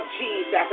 Jesus